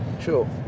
Sure